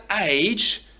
age